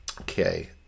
Okay